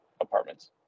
apartments